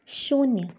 शून्य